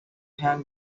hang